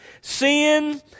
Sin